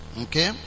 Okay